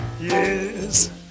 Yes